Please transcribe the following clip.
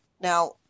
Now